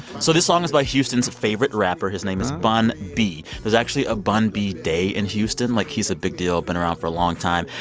so this song is by houston's favorite rapper. his name is bun b. there's actually a bun b day in houston. like, he's a big deal been around for a long time.